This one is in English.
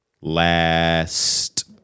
last